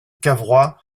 cavrois